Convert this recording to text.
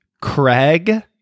Craig